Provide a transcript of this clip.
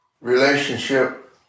relationship